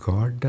God